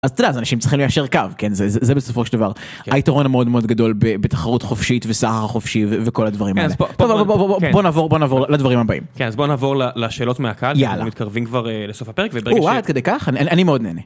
אז תראה, אז אנשים צריכים לישר קו, כן? זה... זה בסופו של דבר היתרון המאוד מאוד גדול בתחרות חופשית וסחר חופשי וכל הדברים האלה. בוא נעבור... בוא נעבור לדברים הבאים, אז בוא נעבור ל... לשאלות מהקהל. יאללה. אנחנו מתקרבים כבר לסוף הפרק וברגע ש... או ווה, עד כדי כך? אני מאוד נהנה.